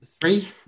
three